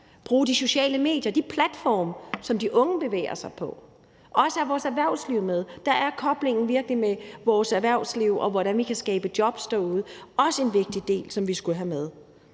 bruge de sociale medier, altså de platforme, som de unge bevæger sig på. Vi skal også have vores erhvervsliv med. Der er koblingen med vores erhvervsliv, i forhold til hvordan vi kan skabe jobs derude, også en vigtig del, som vi skal have med.